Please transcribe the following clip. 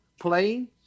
playing